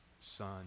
Son